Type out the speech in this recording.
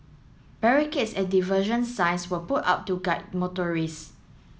barricades and diversion signs will put up to guide motorists